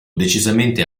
decisamente